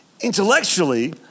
intellectually